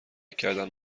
کردند